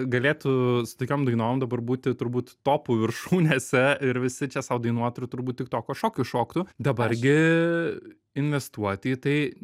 galėtų su tokiom dainom dabar būti turbūt topų viršūnėse ir visi čia sau dainuotų ir turbūt tik toko šokius šoktų dabar gi investuoti į tai